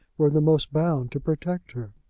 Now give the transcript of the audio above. were the most bound to protect her.